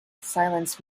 silenced